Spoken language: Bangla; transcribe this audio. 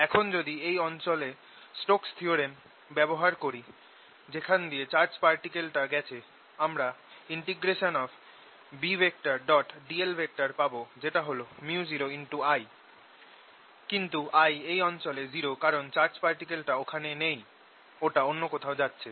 এখন যদি এই অঞ্চলে স্টোকসস থিওরেম Stokess theorem ব্যবহার করি যেখান দিয়ে চার্জ পার্টিকেলটা গেছে আমরা Bdl পাব যেটা হল µoI কিন্তু I এই অঞ্চলে 0 কারণ চার্জ পার্টিকেলটা ওখানে নেই ওটা অন্য কোথাও যাচ্ছে